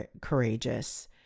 courageous